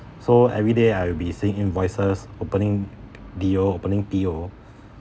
so everyday I'll be seeing invoices opening D_O opening P_O